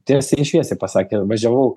tiesiai šviesiai pasakė važiavau